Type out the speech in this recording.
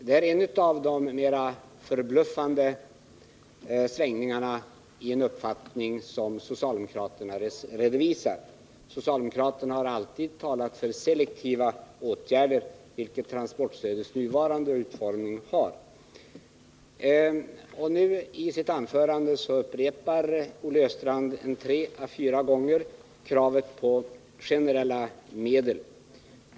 Det är en av de mera förbluffande omsvängningarna i socialdemokraternas uppfattning. Socialdemokraterna har alltid talat för selektiva åtgärder, och så är ju också det nuvarande transportstödet utformat. I sitt anförande upprepade emellertid Olle Östrand tre fyra gånger kravet på generella medel.